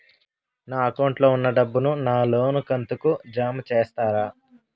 నా అకౌంట్ లో ఉన్న డబ్బును నా లోను కంతు కు జామ చేస్తారా?